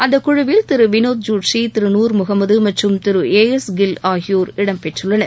அந்த குழுவில் திரு வினோத் ஜூட்ஷி திரு நூா் முகமது மற்றும் திரு ஏ எஸ் கில் ஆகியோர் இடம்பெற்றுள்ளனர்